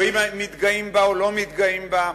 ואם מתגאים בה או לא מתגאים בה,